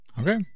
okay